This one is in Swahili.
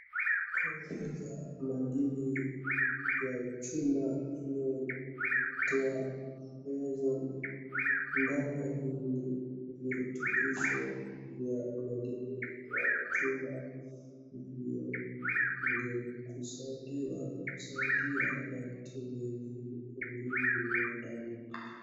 Kuna weza madini ya chuma inayoitwa feosol . Dawa hii ni virutubisho vya madini ya chuma vinavyo kusudiwa kusaidia watu wenye upungufu wa damu.